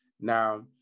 Now